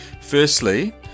Firstly